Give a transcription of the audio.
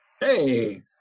Hey